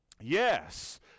Yes